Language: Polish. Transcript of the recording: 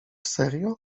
serio